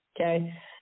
Okay